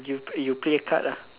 you you play a card lah